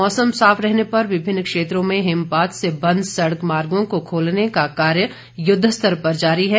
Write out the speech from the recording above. मौसम साफ रहने पर विभिन्न क्षेत्रों में हिमपात से बंद सड़क मार्गो को खोलने का कार्य युद्ध स्तर पर जारी है